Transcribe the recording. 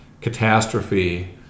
catastrophe